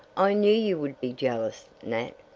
i knew you would be jealous, nat,